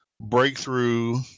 breakthrough